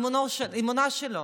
האמונה שלו.